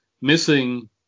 missing